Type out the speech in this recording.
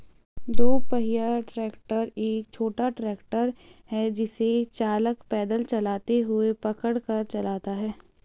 दो पहिया ट्रैक्टर एक छोटा ट्रैक्टर है जिसे चालक पैदल चलते हुए पकड़ कर चलाता है